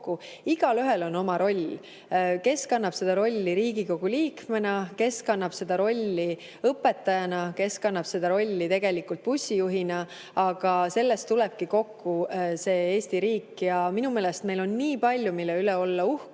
igaühel oma roll. Kes kannab seda rolli Riigikogu liikmena, kes kannab seda rolli õpetajana, kes kannab seda rolli bussijuhina, aga sellest tulebki kokku Eesti riik. Minu meelest on meil nii palju, mille üle uhke